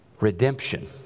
redemption